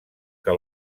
que